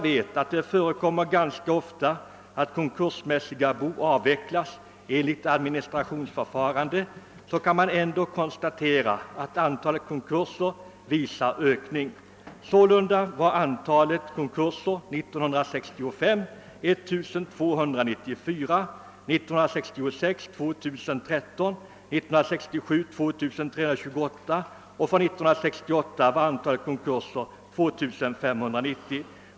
Det förekommer ganska ofta att konkursmässiga bon avvecklas enligt ad ministrationsförfarandet, men man kan ändå konstatera att antalet konkurser ökar. År 1965 var sålunda antalet konkurser 1 294, år 1966 hade det stigit till 2 013, året därpå till 2 328 och 1968 till 2590.